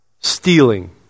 stealing